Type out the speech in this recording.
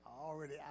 already